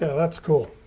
that's cool.